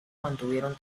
mantuvieron